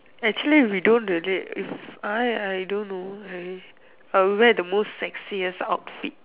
actually we don't really if I I don't know I I would wear the most sexiest outfit